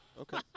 Okay